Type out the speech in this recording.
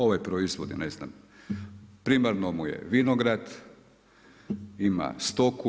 Ovaj proizvodi ne znam, primarno mu je vinograd, ima stoku.